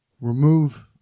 remove